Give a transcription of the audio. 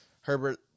Herbert